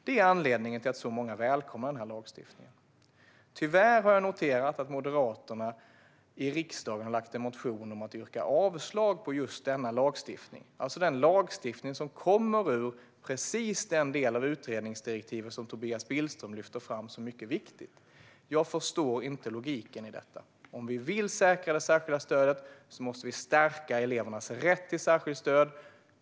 Det är anledningen till att så många välkomnar den här lagstiftningen. Tyvärr har jag noterat att Moderaterna i riksdagen har väckt en motion om att yrka avslag på denna lagstiftning, alltså den lagstiftning som kommer från precis den del av utredningsdirektiven som Tobias Billström lyfte fram som mycket viktig. Jag förstår inte logiken i detta. Om vi vill säkra det särskilda stödet måste vi stärka elevernas rätt till särskilt stöd.